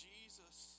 Jesus